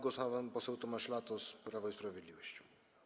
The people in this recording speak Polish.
Głos ma pan poseł Tomasz Latos, Prawo i Sprawiedliwość.